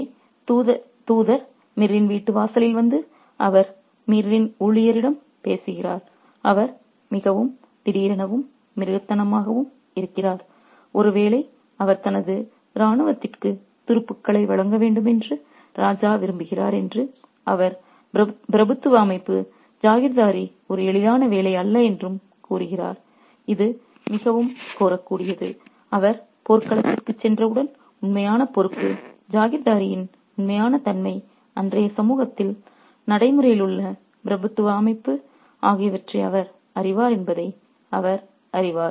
எனவே தூதர் மீரின் வீட்டு வாசலில் வந்து அவர் மீரின் ஊழியரிடம் பேசுகிறார் அவர் மிகவும் திடீரெனவும் மிருகத்தனமாகவும் இருக்கிறார் ஒருவேளை அவர் தனது இராணுவத்திற்கு துருப்புக்களை வழங்க வேண்டும் என்று ராஜா விரும்புகிறார் என்றும் அவர் பிரபுத்துவ அமைப்பு ஜாகிர்தாரி ஒரு எளிதான வேலை அல்ல என்றும் கூறுகிறார் இது மிகவும் கோரக்கூடியது அவர் போர்க்களத்திற்குச் சென்றவுடன் உண்மையான பொறுப்பு ஜாகிர்தாரியின் உண்மையான தன்மை அன்றைய சமூகத்தில் நடைமுறையில் உள்ள பிரபுத்துவத்தின் அமைப்பு ஆகியவற்றை அவர் அறிவார் என்பதை அவர் அறிவார்